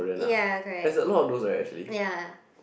yeah correct yeah